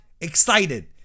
excited